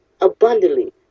abundantly